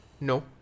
no